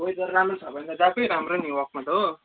weather राम्रो छ भने त गएकै राम्रो नि वकमा त हो